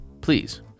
please